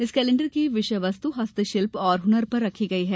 इस कैलेंडर की विषय वस्तु हस्तशिल्प और हुनर पर रखी गई है